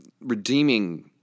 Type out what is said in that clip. redeeming